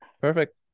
Perfect